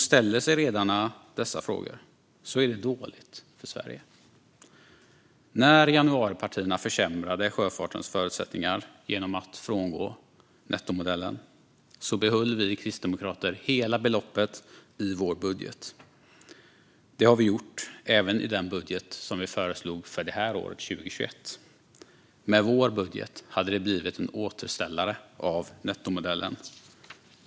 Ställer sig redarna dessa frågor är det dåligt för Sverige. När januaripartierna försämrade sjöfartens förutsättningar genom att frångå nettomodellen behöll vi kristdemokrater hela beloppet i vår budget. Det har vi gjort även i den budget vi föreslog för 2021. Med vår budget hade det blivit en återställare av nettomodellen.